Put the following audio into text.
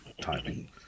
timing